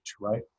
right